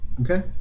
Okay